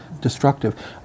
destructive